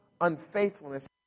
unfaithfulness